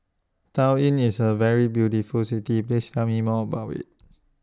Tallinn IS A very beautiful City Please Tell Me More about IT